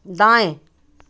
दाएं